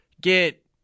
get